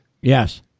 Yes